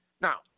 Now